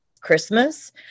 Christmas